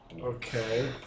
Okay